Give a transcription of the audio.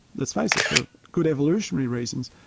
let's face it, for good evolutionary reasons,